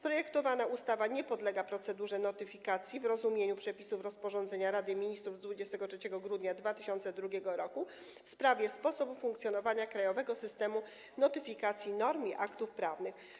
Projektowana ustawa nie podlega procedurze notyfikacji w rozumieniu przepisów rozporządzenia Rady Ministrów z 23 grudnia 2002 r. w sprawie sposobu funkcjonowania krajowego systemu notyfikacji norm i aktów prawnych.